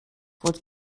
fod